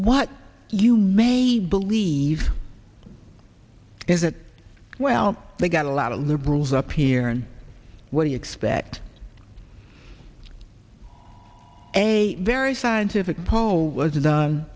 what you may i believe is that well they got a lot of liberals up here and what do you expect a very scientific poll was